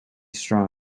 strong